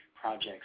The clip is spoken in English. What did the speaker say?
projects